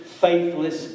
Faithless